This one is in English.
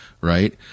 right